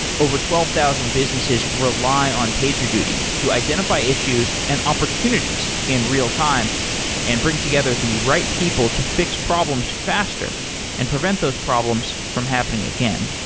over twelve thousand businesses rely on pagerduty to identify issues and opportunities in real time and bring together the right people to fix problems faster and prevent those problems from happening again.